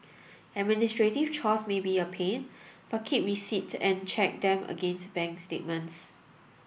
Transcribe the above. administrative chores may be a pain but keep receipts and check them against bank statements